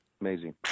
Amazing